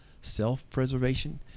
self-preservation